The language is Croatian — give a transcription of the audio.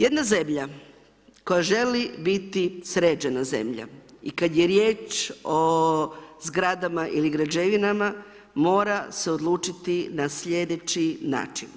Jedna zemlja, koja želi biti sređena zemlja i kada je riječ o zgradama ili građevinama mora se odlučiti na slijedeći način.